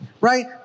right